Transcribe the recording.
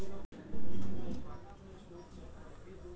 hotel में हमने खाना खाकर पाँच सौ रुपयों के बिल का भुगतान करा